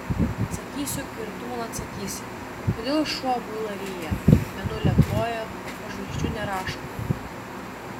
atsakysiu kai ir tu man atsakysi kodėl šuo muilą ryja mėnulį aploja o žvaigždžių neraško